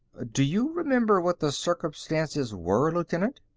do you remember what the circumstances were, lieutenant?